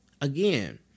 Again